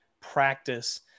practice